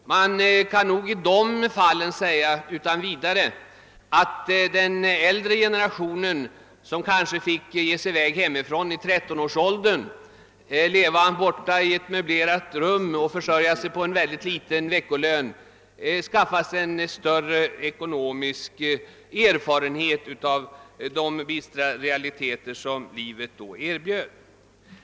Man kan be träffande de fallen utan vidare säga, att de som tillhör den äldre generationen och som kanske fick ge sig iväg hemifrån i 13-årsåldern, leva i ett rum långt från hemmet och försörja sig på en mycket liten veckolön, skaffade sig större ekonomisk erfarenhet av de bistra realiteter, som livet då erbjöd.